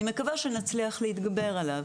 אני מקווה שנצליח להתגבר עליו.